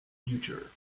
future